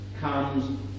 comes